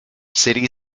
city